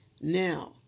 Now